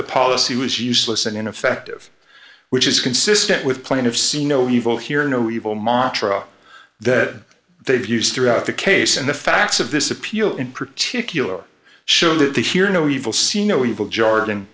the policy was useless and ineffective which is consistent with plaintiffs see no evil hear no evil montra that they've used throughout the case and the facts of this appeal in particular show that the he no evil see no evil jargon